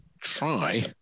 try